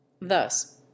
Thus